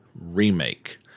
remake